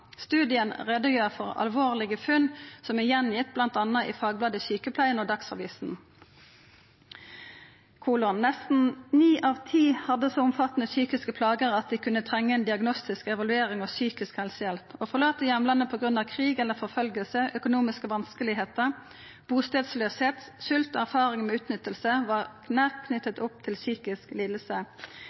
Studien gjer greie for alvorlege funn, som er gjengitt bl.a. i fagbladet Sykepleien og i Dagsavisen: Nesten ni av ti hadde så omfattande psykiske plager at dei kunne trenga ei diagnostisk evaluering av psykisk helsehjelp. Å forlata heimlandet på grunn av krig eller forfølging, økonomiske vanskar, utan ein stad å bu, svolt og erfaring med utnytting var nært knytt opp til psykisk